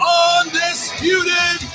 undisputed